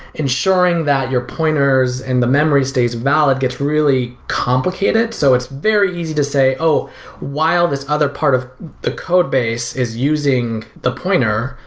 ensuring that your pointers and the memory stays valid gets really complicated so it's very easy to say, while this other part of the code base is using the pointer,